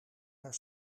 haar